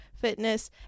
fitness